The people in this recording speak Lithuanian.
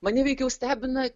mane veikiau stebina